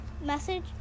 message